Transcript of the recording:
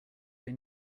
they